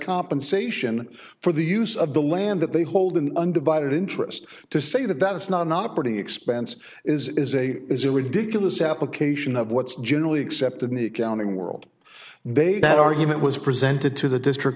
compensation for the use of the land that they hold an undivided interest to say that that's not an operating expense is a is a ridiculous application of what's generally accepted in the accounting world they that argument was presented to the district